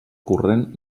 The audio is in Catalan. corrent